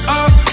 up